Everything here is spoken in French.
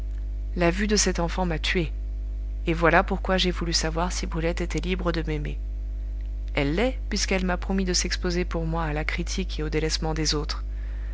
la vue de cet enfant m'a tué et voilà pourquoi j'ai voulu savoir si brulette était libre de m'aimer elle l'est puisqu'elle m'a promis de s'exposer pour moi à la critique et au délaissement des autres